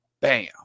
bam